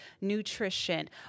nutrition